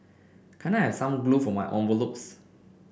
can I have some glue for my envelopes